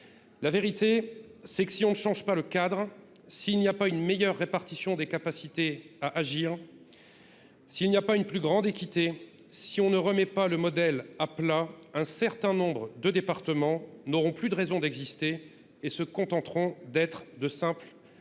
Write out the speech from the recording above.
médicales. Si l’on ne change pas le cadre, si l’on n’instaure pas une meilleure répartition des capacités à agir, si l’on ne fait pas régner une plus grande équité, si l’on ne remet pas le modèle à plat, un certain nombre de départements n’auront plus de raison d’exister et se contenteront d’être de simples